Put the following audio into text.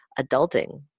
adulting